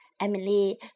Emily